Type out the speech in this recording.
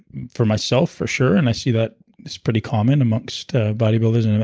for myself for sure, and i see that is pretty common amongst ah bodybuilders. and